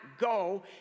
go